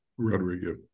Rodrigo